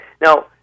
Now